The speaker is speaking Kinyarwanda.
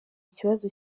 ikibazo